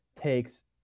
takes